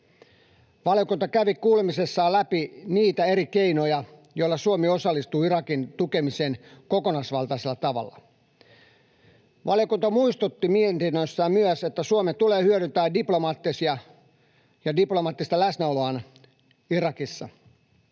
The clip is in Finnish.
Valiokunta kävi kuulemisissaan läpi niitä eri keinoja, joilla Suomi osallistuu Irakin tukemiseen kokonaisvaltaisella tavalla. Valiokunta muistutti mietinnössään myös, että Suomen tulee hyödyntää diplomaattista läsnäoloaan Irakissa.